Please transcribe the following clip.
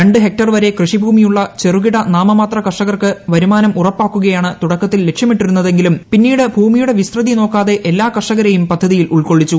രണ്ട് ഹെക്ടർ വരെ കൃഷിഭൂമിയുള്ള ചെറുകിട നാമമാത്ര കർഷകർക്ക് വരുമാനം ഉറപ്പാക്കുകയാണ് തുടക്കത്തിൽ ലക്ഷ്യമിട്ടിരുന്നതെങ്കിലും പിന്നീട് ഭൂമിയുടെ വിസ്തൃതി നോക്കാതെ എല്ലാ കർഷകരെയും പദ്ധതിയിൽ ഉൾക്കൊള്ളിച്ചു